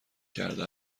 کرده